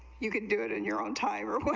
you can do it in your own tyrant